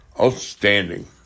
Outstanding